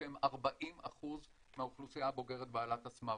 שהם 40% מהאוכלוסייה הבוגרת בעלת הסמארטפונים.